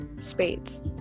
spades